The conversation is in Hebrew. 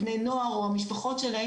בני נוער או משפחותיהם,